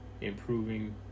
improving